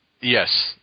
Yes